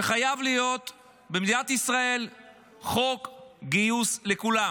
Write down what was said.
שחייב להיות במדינת ישראל חוק גיוס לכולם.